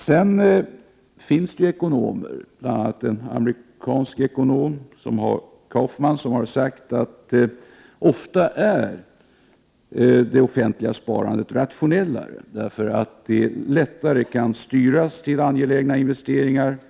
Sedan finns det ju ekonomer, bl.a. en amerikansk ekonom vid namn Kaufmann, som har sagt att det offentliga sparandet ofta är rationellare, eftersom det lättare kan styras till angelägna investeringar.